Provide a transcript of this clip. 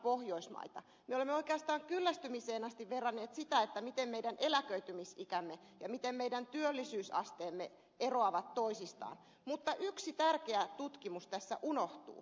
me olemme oikeastaan kyllästymiseen asti verranneet sitä miten meidän eläköitymisikämme ja miten meidän työllisyysasteemme eroavat toisistaan mutta yksi tärkeä tutkimus tässä unohtuu